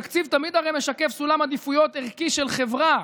תקציב תמיד הרי משקף סולם עדיפויות ערכי של חברה,